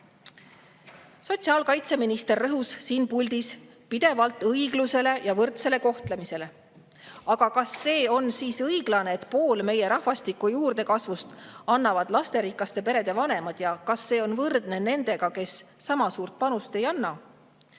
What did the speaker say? teed. Sotsiaalkaitseminister rõhus siin puldis pidevalt õiglusele ja võrdsele kohtlemisele. Aga kas see on siis õiglane, et poole meie rahvastiku juurdekasvust annavad lasterikaste perede vanemad, ja kas see on võrdne nendega, kes sama suurt panust ei anna?